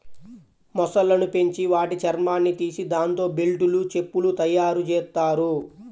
మొసళ్ళను పెంచి వాటి చర్మాన్ని తీసి దాంతో బెల్టులు, చెప్పులు తయ్యారుజెత్తారు